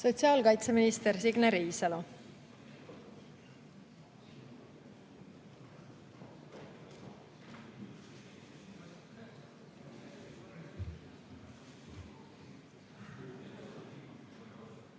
Sotsiaalkaitseminister Signe Riisalo.